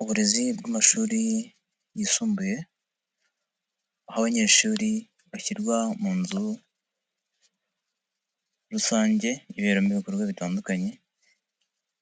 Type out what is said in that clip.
Uburezi bw'amashuri yisumbuye, aho abanyeshuri bashyirwa mu nzu rusange iberamo bikorwa bitandukanye,